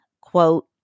quote